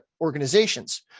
organizations